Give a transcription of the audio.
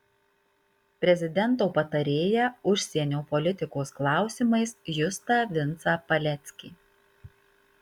prezidento patarėją užsienio politikos klausimais justą vincą paleckį